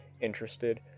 interested